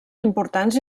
importants